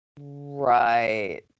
Right